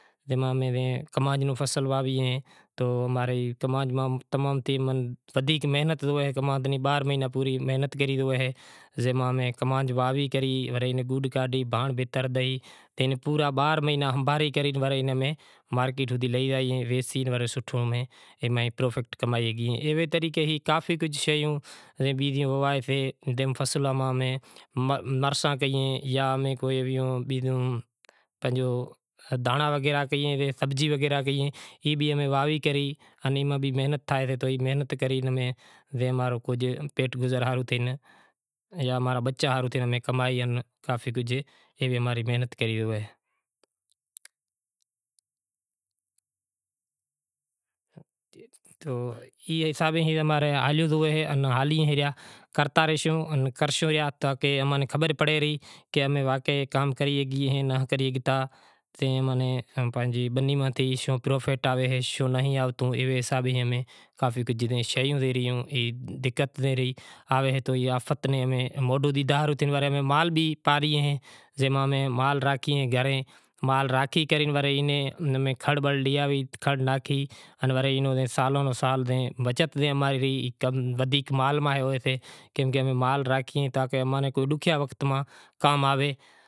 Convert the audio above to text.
جے ماں امیں کماند نو فصل واوئیں جے ماں ودھیک محنت ہوئے باہرا مہینا پوری محنت کری ریو ہوئے جے ماں کماند واڈھی گڈ کاڈھی بھانڑ بھتر ڈئی اے نوں پورا بارہا مہینڑاں ہنبھارے کرے ورے ایئے میں واڈھے ویسے سوٹھو پرافٹ کمائی گیئے ایوں طریقے ہی کافی کجھ شیوں بیزوں وہاویسیں جے ماں مرساں جاں ایویوں بیزیوں پانجو دہانڑا وغیرہ کہیئں سبزی وغیرہ کہیئں ای بھی امیں واہوی کری ایئے ماں بھی محنت تھائے تو محنت کری ای ماں کجھ پیٹ گزر ہاروں تھے یا بچا ہاروں تھی موں کمائی کافی کجھ ایویں محنت کری ریو اے۔ تو ای حساب اے ہالی ریو اے کرتا ریا ساں کرشوں تاکہ اماں نی خبر پڑی رے کہ بنی ماں تھے شوں پرافٹ آوے شوں نیں آوتو تو ایوے حساب سیں کافی کجھ شیوں تھے ریوں کہ دقت تھے رہی امیں مال بھی پاری ایں جے ماں امیں مال راکھے گھرے کرے وری امیں کھڑ بڑ لے آوے کھڑ ناکھی ان ورے سالوں سال بچت سے اماری ودھیک مال ماں ئی ہوئیسے تا کہ اماں نی ڈوکھیئے وقت ماں کام آویے۔